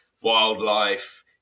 wildlife